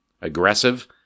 aggressive